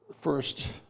first